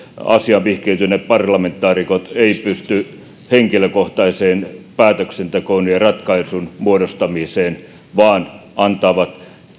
asiaan vihkiytyneet parlamentaarikot eivät pysty henkilökohtaiseen päätöksentekoon ja ratkaisun muodostamiseen vaan antavat